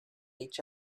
each